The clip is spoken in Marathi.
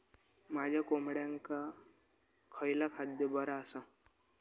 माझ्या कोंबड्यांका खयला खाद्य बरा आसा?